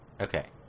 Okay